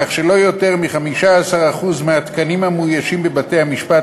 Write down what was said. כך שלא יותר מ-15% מהתקנים המאוישים בבתי-המשפט,